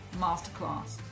Masterclass